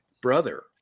brother